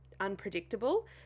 Unpredictable